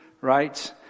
Right